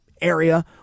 area